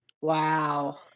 Wow